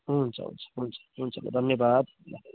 हुन्छ हुन्छ हुन्छ हुन्छ ल धन्यवाद